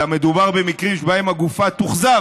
אלא מדובר במקרים שבהם הגופה תוחזר,